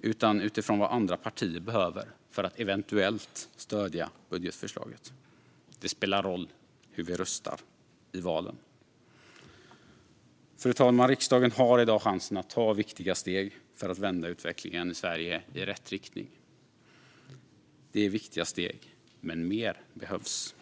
utan utifrån vad andra partier behöver för att eventuellt stödja budgetförslaget. Det spelar roll hur vi röstar i valen. Statens budget 2022 - Rambeslutet Fru talman! Riksdagen har i dag chansen att ta steg för att vända utvecklingen i Sverige i rätt riktning. Det är viktiga steg, men mer behövs.